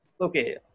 okay